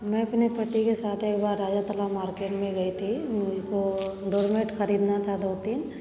मैं अपने पति के साथ एकबार राजातलाब मार्केट में गई थी उनको डोरमेट खरीदना था दो तीन